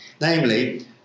namely